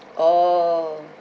oh